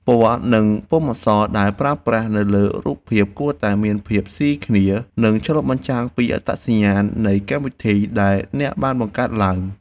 ពណ៌ និងពុម្ពអក្សរដែលប្រើប្រាស់នៅលើរូបភាពគួរតែមានភាពស៊ីគ្នា និងឆ្លុះបញ្ចាំងពីអត្តសញ្ញាណនៃកម្មវិធីដែលអ្នកបានបង្កើតឡើង។